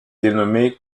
dénommée